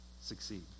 succeed